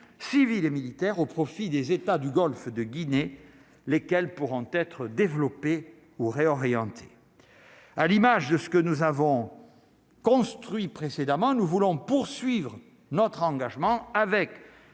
civile et militaire au profit des États du Golfe de Guinée, lesquels pourront être développés ou réorienter à l'image de ce que nous avons construit précédemment, nous voulons poursuivre notre engagement avec